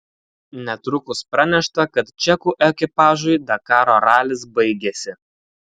netrukus pranešta kad čekų ekipažui dakaro ralis baigėsi